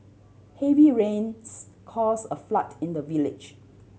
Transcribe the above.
heavy rains cause a flood in the village